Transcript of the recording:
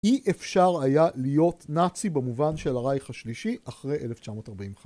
אי אפשר היה להיות נאצי במובן של הרייך השלישי אחרי 1945.